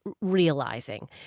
realizing